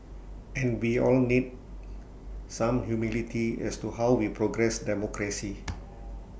and we all need some humility as to how we progress democracy